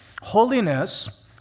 Holiness